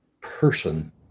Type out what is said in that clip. person